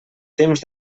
temps